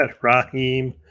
Raheem